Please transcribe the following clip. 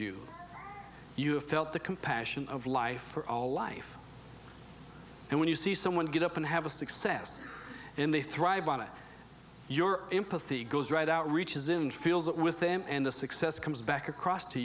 you you have felt the compassion of life for all life and when you see someone get up and have a success and they thrive on it your empathy goes right out reaches in feels that with them and the success comes back across to